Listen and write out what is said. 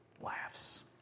laughs